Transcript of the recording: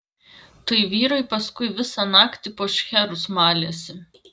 tai vyrai paskui visą naktį po šcherus malėsi